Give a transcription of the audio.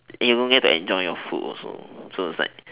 and you don't get to enjoy your food also so it's like